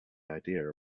idea